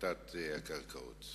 הפרטת הקרקעות.